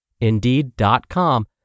Indeed.com